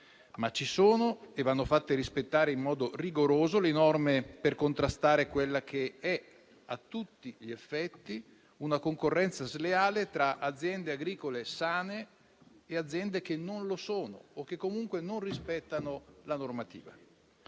ma ci deve far riflettere. Tuttavia, le norme per contrastare quella che è a tutti gli effetti una concorrenza sleale tra aziende agricole sane e aziende che non lo sono, o che comunque non rispettano la normativa,